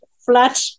flat